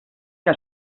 que